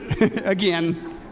again